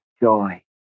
joy